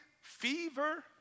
fever